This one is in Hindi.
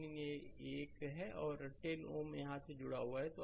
RTheveninयह एक है और 10 Ω यहां से जुड़ा हुआ है